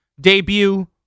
debut